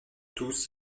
tous